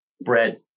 bread